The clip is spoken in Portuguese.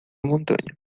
montanha